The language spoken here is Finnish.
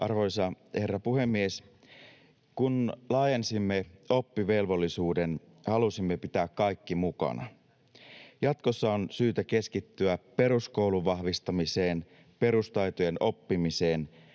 Arvoisa herra puhemies! Kun laajensimme oppivelvollisuuden, halusimme pitää kaikki mukana. Jatkossa on syytä keskittyä peruskoulun vahvistamiseen, perustaitojen oppimiseen,